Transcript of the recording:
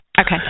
Okay